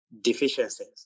deficiencies